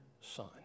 son